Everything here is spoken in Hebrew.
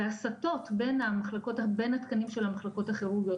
והסתות בין התקנים של המחלקות הכירורגיות